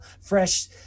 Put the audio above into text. fresh